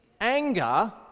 anger